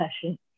session